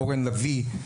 אורן לביא,